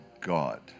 God